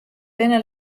binne